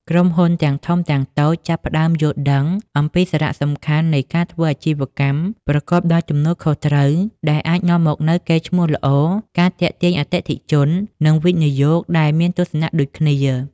ក្រុមហ៊ុនទាំងធំទាំងតូចចាប់ផ្តើមយល់ដឹងអំពីសារៈសំខាន់នៃការធ្វើអាជីវកម្មប្រកបដោយទំនួលខុសត្រូវ ដែលអាចនាំមកនូវកេរ្តិ៍ឈ្មោះល្អ ការទាក់ទាញអតិថិជន និងវិនិយោគិនដែលមានទស្សនៈដូចគ្នា ។